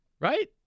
Right